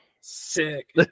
Sick